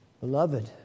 Beloved